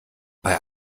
bei